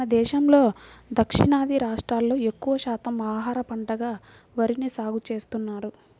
మన దేశంలో దక్షిణాది రాష్ట్రాల్లో ఎక్కువ శాతం ఆహార పంటగా వరిని సాగుచేస్తున్నారు